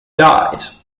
dies